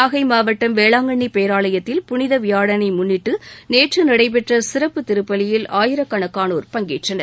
நாகை மாவட்டம் வேளாங்கண்ணி பேரலயத்தில் புனித வியாழனை முன்னிட்டு நேற்று நடைபெற்ற சிறப்பு திருப்பலியில் ஆயிரக்கணக்கானோர் பங்கேற்றனர்